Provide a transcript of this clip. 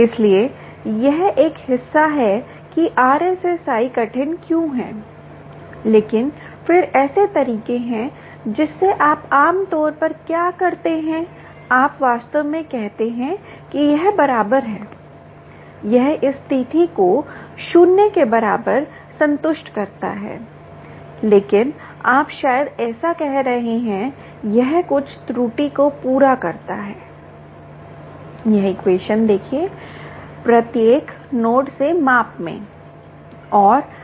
इसलिए यह एक हिस्सा है कि RSSI कठिन क्यों है लेकिन फिर ऐसे तरीके हैं जिससे आप आमतौर पर क्या करते हैं आप वास्तव में कहते हैं कि यह बराबर है यह इस स्थिति को शून्य के बराबर संतुष्ट करता है लेकिन आप शायद ऐसा कह सकते हैं यह कुछ त्रुटि को पूरा करता है प्रत्येक नोड से माप में